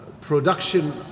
production